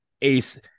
Ace